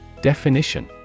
Definition